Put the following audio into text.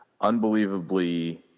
unbelievably –